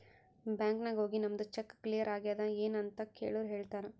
bank ನಾಗ್ ಹೋಗಿ ನಮ್ದು ಚೆಕ್ ಕ್ಲಿಯರ್ ಆಗ್ಯಾದ್ ಎನ್ ಅಂತ್ ಕೆಳುರ್ ಹೇಳ್ತಾರ್